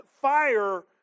fire